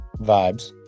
vibes